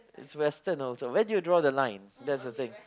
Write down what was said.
it's western also where do you draw the line that's the thing